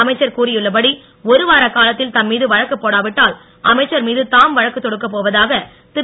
அமைச்சர் கூறியுள்ளபடி ஒருவார காலத்தில் தம்மீது வழக்கு போடாவிட்டால் அமைச்சர்மீது தாம் வழக்கு தொடுக்கப்போவதாக திரு